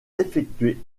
effectuées